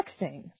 texting